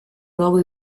luogo